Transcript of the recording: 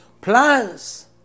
Plans